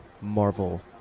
marvel